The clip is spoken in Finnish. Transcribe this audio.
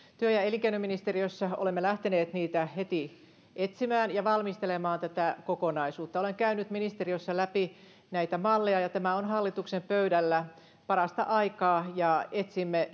työ ja elinkeinoministeriössä olemme lähteneet niitä heti etsimään ja valmistelemaan tätä kokonaisuutta olen käynyt ministeriössä läpi näitä malleja ja tämä on hallituksen pöydällä parasta aikaa ja etsimme